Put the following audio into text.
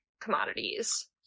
commodities